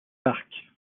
parc